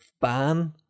ban